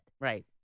Right